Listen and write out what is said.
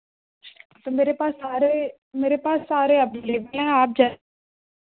तो मेरे पास सारे मेरे पास सारे अवेलेबल हैं आप जैसा